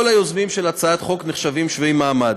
כל היוזמים של הצעת חוק נחשבים שווי מעמד,